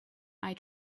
eye